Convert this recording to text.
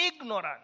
ignorant